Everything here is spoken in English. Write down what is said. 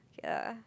okay lah